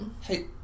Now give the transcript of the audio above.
Hey